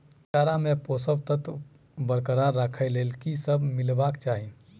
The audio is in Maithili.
चारा मे पोसक तत्व बरकरार राखै लेल की सब मिलेबाक चाहि?